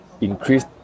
increase